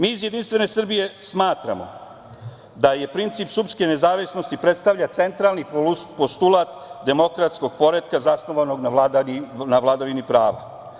Mi iz Jedinstvene Srbije smatramo da je princip sudske nezavisnosti predstavlja centralni postulat demokratskog poretka zasnovanog na vladavini prava.